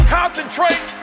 concentrate